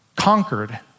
Conquered